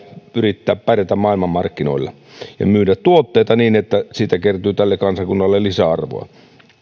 yrittää pärjätä maailmanmarkkinoilla ja myydä tuotteita niin että siitä kertyy tälle kansakunnalle lisäarvoa kun